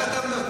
רק אתה מדבר.